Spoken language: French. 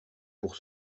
pour